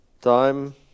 time